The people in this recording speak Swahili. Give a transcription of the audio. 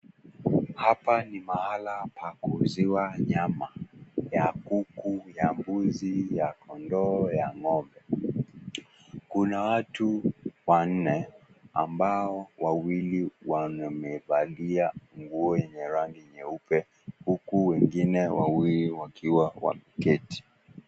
Hapa ni mahali pa kuuziwa nyama, ya kuku, ya mbuzi, ya kondoo, ya ng'ombe. Kuna watu wanne, ambao wawili wamevalia nguo yenye rangi nyeupe, huku wengine wawili wakiwa wameketi.